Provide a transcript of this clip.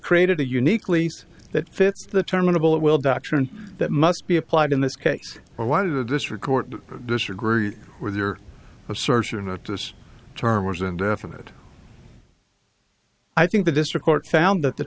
created a unique lease that fits the terminable at will doctrine that must be applied in this case or why did this report disagree with your assertion of this term was indefinite i think the district court found that the